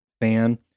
fan